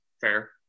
Fair